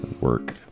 work